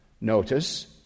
notice